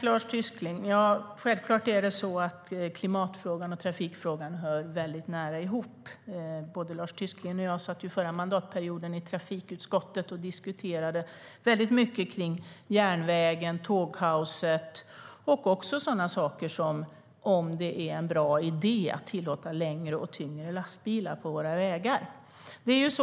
Herr talman! Tack, Lars Tysklind! Klimatfrågan och trafikfrågan hör självklart ihop. Både Lars Tysklind och jag satt förra mandatperioden i trafikutskottet och diskuterade mycket, om järnvägen, tågkaoset och sådana saker som ifall det är en bra idé att tillåta längre och tyngre lastbilar på våra vägar.